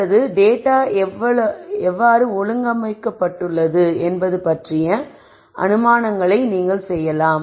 அல்லது டேட்டா எவ்வாறு ஒழுங்கமைக்கப்பட்டுள்ளது என்பது பற்றிய அனுமானங்களை நீங்கள் செய்யலாம